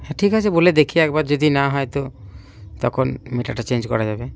হ্যাঁ ঠিক আছে বলে দেখি একবার যদি না হয় তো তখন মিটারটা চেঞ্জ করা যাবে